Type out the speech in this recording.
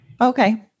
Okay